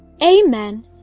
Amen